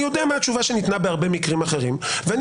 אני יודע מה התשובה שניתנה בהרבה מקרים אחרים ואני